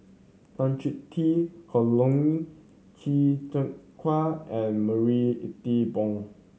Tan Chong Tee Colin Qi Zhe Quan and Marie Ethel Bong